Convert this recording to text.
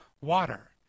water